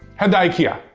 head to ikea.